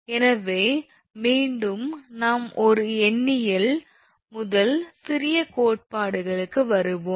எனவே மீண்டும் நாம் ஒரு எண்ணியல் முதல் சிறிய கோட்பாடுகளுக்கு வருவோம்